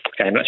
Okay